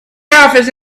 office